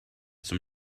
zum